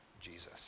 jesus